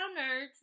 Nerds